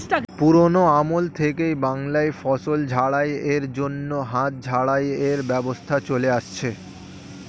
পুরোনো আমল থেকেই বাংলায় ফসল ঝাড়াই এর জন্য হাত ঝাড়াই এর ব্যবস্থা চলে আসছে